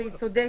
והיא צודקת,